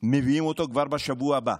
מביאים אותו כבר בשבוע הבא,